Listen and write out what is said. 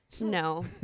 no